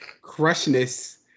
crushness